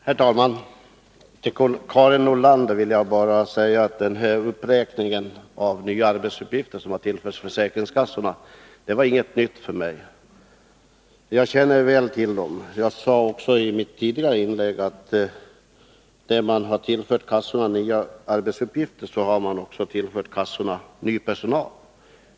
Herr talman! Till Karin Nordlander vill jag bara säga att den uppräkning av nya arbetsuppgifter för försäkringskassorna som hon gjorde inte innehöll något nytt för mig. Jag känner väl till detta och sade också i mitt tidigare inlägg, att när man tillfört kassorna nya arbetsuppgifter, har man också tillfört dem ny personal.